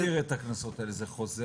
מי הסדיר את הקנסות האלה, זה חוזה?